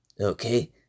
Okay